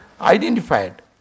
identified